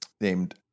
named